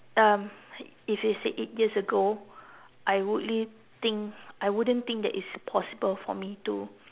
um if it's eight year ago I would really think I wouldn't think it's possible for me to